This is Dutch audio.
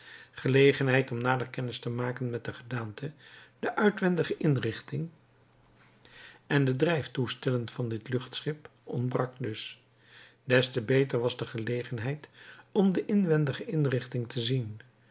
gelegenheid om nader kennis te maken met de gedaante de uitwendige inrichting en de drijftoestellen van dit luchtschip ontbrak dus des te beter was de gelegenheid om de inwendige inrichting te zien